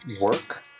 work